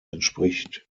entspricht